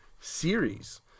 series